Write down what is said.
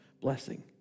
blessing